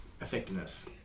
effectiveness